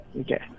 Okay